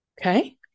Okay